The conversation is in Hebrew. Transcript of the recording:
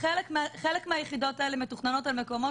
חלק מהיחידות האלה מתוכננות על מקומות